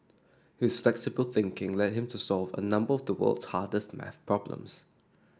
his flexible thinking led him to solve a number of the world's hardest math problems